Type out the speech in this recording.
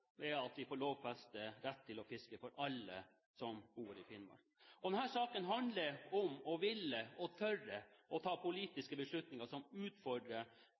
fiske for alle som bor i Finnmark. Denne saken handler om å ville og tørre å ta politiske beslutninger som utfordrer